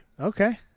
Okay